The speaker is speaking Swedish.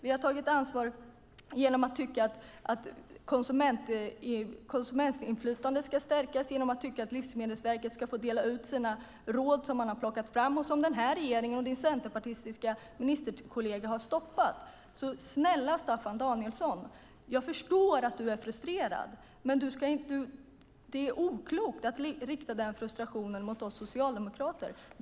Vi har tagit ansvar genom att tycka att konsumentinflytandet ska stärkas och genom att tycka att Livsmedelsverket ska få dela ut de råd som man har plockat fram och som denna regering och din centerpartistiska ministerkollega har stoppat. Så snälla Staffan Danielsson - jag förstår att du är frustrerad. Men det är oklokt att rikta denna frustration mot oss socialdemokrater.